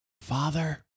Father